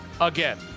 again